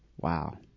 Wow